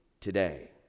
today